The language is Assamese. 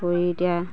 কৰি এতিয়া